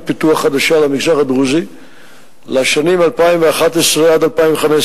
פיתוח חדשה למגזר הדרוזי לשנים 2011 2015,